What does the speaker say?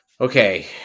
Okay